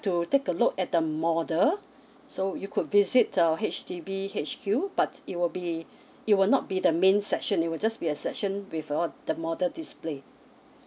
to take a look at the model so you could visit the H_D_B H_Q but it will be it will not be the main section it will just be a section with all the model display